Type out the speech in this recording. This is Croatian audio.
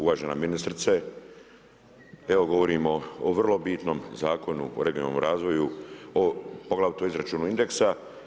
Uvažena ministrice, evo govorimo o vrlo bitnom Zakonu o regionalnom razvoju o poglavito izračunu indeksa.